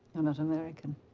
and not american.